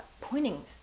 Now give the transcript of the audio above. pointing